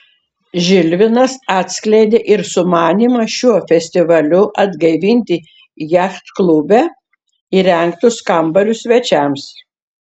žilvinas atskleidė ir sumanymą šiuo festivaliu atgaivinti jachtklube įrengtus kambarius svečiams